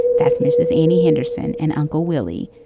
that's mrs. annie henderson and uncle willie.